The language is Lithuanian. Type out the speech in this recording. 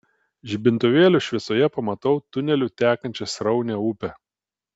žibintuvėlio šviesoje pamatau tuneliu tekančią sraunią upę